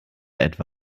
etwa